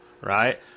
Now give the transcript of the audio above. right